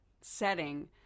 setting